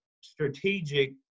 strategic